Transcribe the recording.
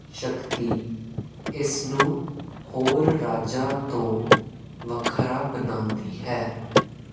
ਸ਼ਕਤੀ ਇਸ ਨੂੰ ਹੋਰ ਰਾਜਾਂ ਤੋਂ ਵੱਖਰਾ ਬਣਾਉਂਦੀ ਹੈ